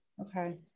okay